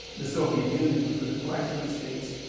the soviet union, which was a collection of states,